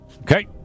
Okay